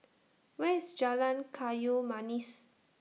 Where IS Jalan Kayu Manis